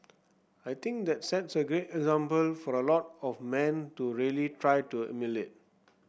I think that sets a great example for a lot of men to really try to emulate